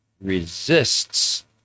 resists